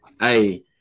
Hey